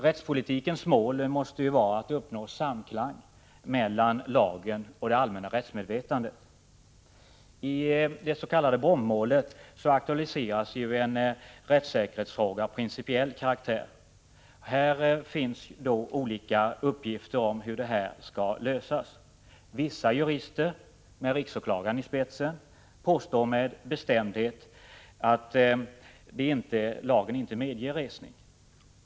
Rättspolitikens mål måste vara att uppnå samklang mellan lagen och det allmänna rättsmedvetandet. I det s.k. bombmålet aktualiseras en rättssäkerhetsfråga av principiell karaktär. Det finns olika uppfattningar om hur denna fråga skall lösas. Vissa jurister, med riksåklagaren i spetsen, påstår med bestämdhet att lagen inte medger resning.